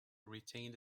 retained